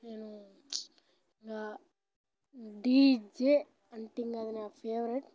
నేను ఇంకా డీజే అంటే ఇక అది నా ఫేవరెట్